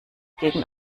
gegen